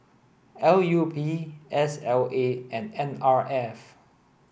L U P S L A and N R F